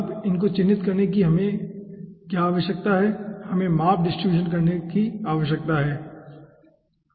अब उनको चिह्नित करने के लिए हमें क्या करने की आवश्यकता है हमें माप डिस्टीब्यूशन के लिए जाने की जरूरत है ठीक है